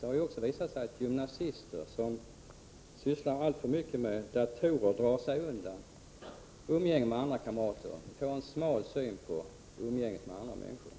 Det har visat sig att gymnasister som sysslar alltför mycket med datorer drar sig undan umgänget med kamrater och får en smal syn på umgänge med andra människor.